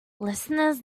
listeners